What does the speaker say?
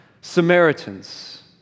Samaritans